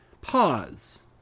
pause